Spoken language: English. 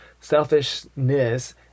selfishness